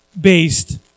based